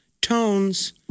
tones